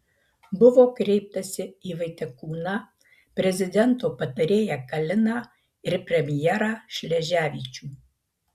buvo kreiptasi į vaitekūną prezidento patarėją kaliną ir premjerą šleževičių